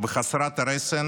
וחסרת הרסן